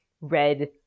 red